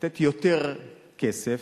לתת יותר כסף,